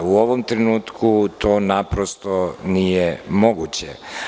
U ovom trenutku, to naprosto nije moguće.